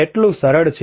તેટલું સરળ છે